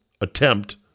attempt